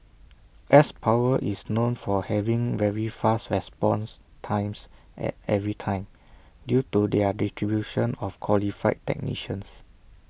S power is known for having very fast response times at every time due to their distribution of qualified technicians